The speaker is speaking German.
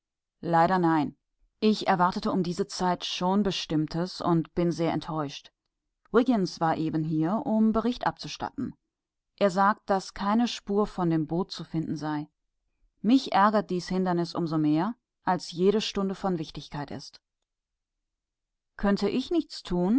leider nein ich